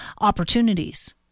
opportunities